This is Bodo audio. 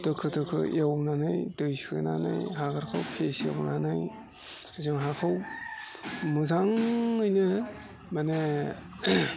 दोखो दोखो एवनानै दै सोनानै हाग्राखौ फेसेवनानै जों हाखौ मोजाङैनो माने